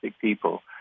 people